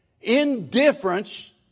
Indifference